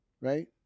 right